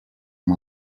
amb